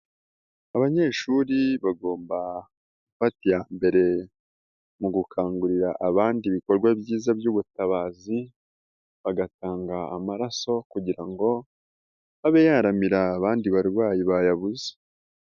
Abanyeshuri bagomba gufata iya mbere mu gukangurira abandi ibikorwa byiza by'ubutabazi, bagatanga amaraso kugira ngo abe yaramira abandi barwayi bayabuze.